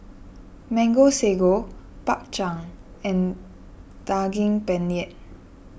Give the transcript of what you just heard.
Mango Sago Bak Chang and Daging Penyet